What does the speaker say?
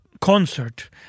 concert